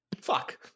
Fuck